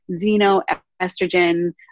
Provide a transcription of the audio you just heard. xenoestrogen